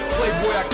Playboy